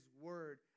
word